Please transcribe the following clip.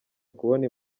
ukubona